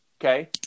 okay